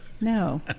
no